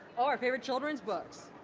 oh, our favorite children's books.